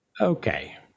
Okay